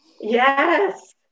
Yes